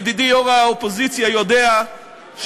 ידידי יושב-ראש האופוזיציה יודע שאני